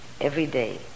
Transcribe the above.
everyday